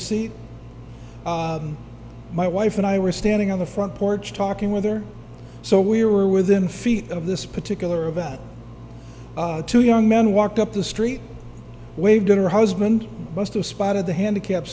seat my wife and i were standing on the front porch talking with her so we were within feet of this particular about two young men walked up the street waved to her husband must have spotted the handicap